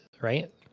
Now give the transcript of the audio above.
right